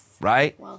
Right